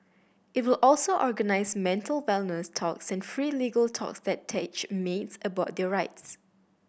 it will also organise mental wellness talks and free legal talks that teach maids about their rights